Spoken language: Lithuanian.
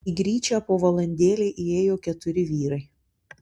į gryčią po valandėlei įėjo keturi vyrai